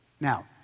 Now